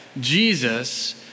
Jesus